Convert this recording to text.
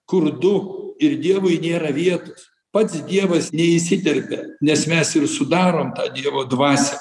kur du ir dievui nėra vietos pats dievas neįsiterpia nes mes ir sudarom tą dievo dvasią